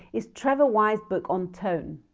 is trevor wye's book on tone!